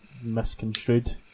misconstrued